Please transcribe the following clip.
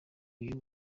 uyu